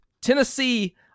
Tennessee